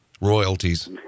royalties